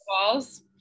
Walls